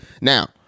Now